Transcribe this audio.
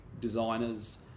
designers